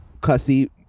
cussy